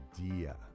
idea